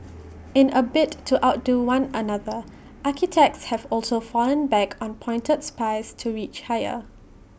in A bid to outdo one another architects have also fallen back on pointed spires to reach higher